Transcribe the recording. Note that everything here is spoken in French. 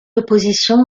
l’opposition